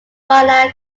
joanna